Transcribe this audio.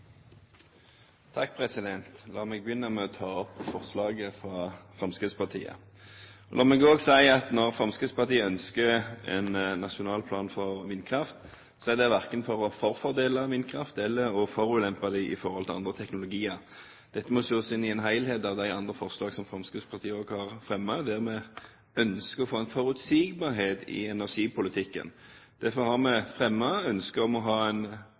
La meg begynne med å ta opp forslaget fra Fremskrittspartiet. La meg også si at når Fremskrittspartiet ønsker en nasjonal plan for vindkraft, er det verken for å gi en fordel til vindkraft eller forulempe den i forhold til andre teknologier. Dette må ses i en helhet med de andre forslag som Fremskrittspartiet har fremmet. Vi ønsker å få en forutsigbarhet i energipolitikken. Derfor har vi fremmet ønsket om å få en plan om rikets energitilstand, der man kan vurdere helheten. Vi ønsker å ha en